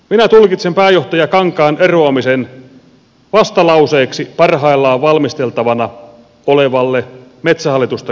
minä tulkitsen pääjohtaja kankaan eroamisen vastalauseeksi parhaillaan valmisteltavana olevalle metsähallitusta koskevalle lainsäädännölle